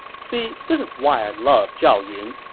see, this is why i love zhao yun.